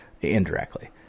Indirectly